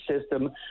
system